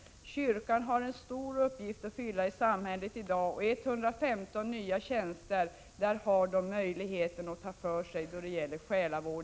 Kyrkan har en stor uppgift att fylla i samhället i dag, och med 115 nya tjänster har man möjlighet att ta för sig då det gäller själavård.